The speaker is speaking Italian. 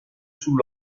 sul